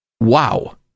Wow